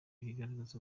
bigaragaza